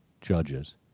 judges